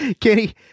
Kenny